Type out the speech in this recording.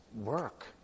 work